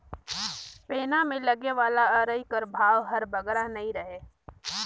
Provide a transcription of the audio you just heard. पैना मे लगे वाला अरई कर भाव हर बगरा नी रहें